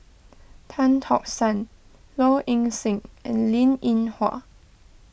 Tan Tock San Low Ing Sing and Linn in Hua